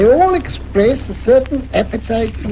all express a certain appetite